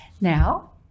now